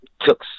took